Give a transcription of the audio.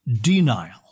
Denial